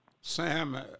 Sam